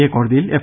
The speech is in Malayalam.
എ കോടതിയിൽ എഫ്